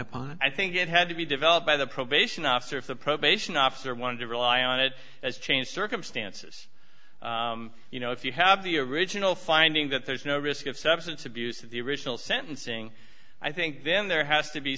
upon i think it had to be developed by the probation officer of the probation officer wanted to rely on it as change circumstances you know if you have the original finding that there's no risk of substance abuse of the original sentencing i think then there has to be